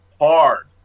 hard